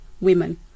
women